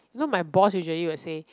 you know my boss usually will say